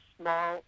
small